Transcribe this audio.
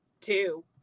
two